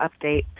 update